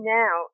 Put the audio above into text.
now